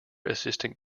assistant